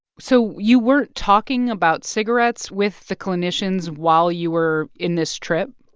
so you weren't talking about cigarettes with the clinicians while you were in this trip?